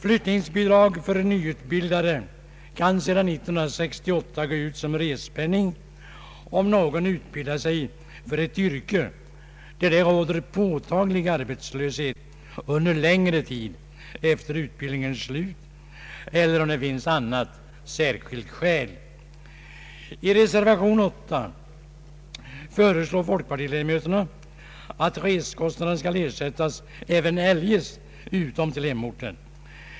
Flyttningsbidrag för nyutbildade kan sedan 1968 utgå som resepenning om någon utbildat sig för ett yrke där det råder påtaglig arbetslöshet under längre tid efter utbildningens slut eller om det finns annat särskilt skäl. I reservation 8 föreslår folkpartiledamöterna att resekostnaden skall ersättas även eljest utom till hemorten.